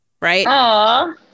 right